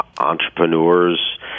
entrepreneurs